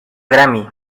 grammy